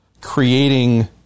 creating